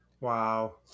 Wow